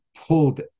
pulled